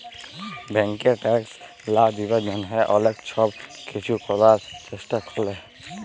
ব্যাংকে ট্যাক্স লা দিবার জ্যনহে অলেক ছব কিছু ক্যরার চেষ্টা ক্যরে